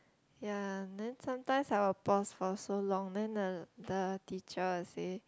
ya then sometimes I will pause for so long then the the teacher will say